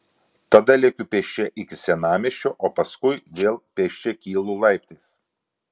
tada lekiu pėsčia iki senamiesčio o paskui vėl pėsčia kylu laiptais